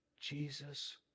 Jesus